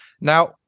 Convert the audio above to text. Now